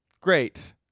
Great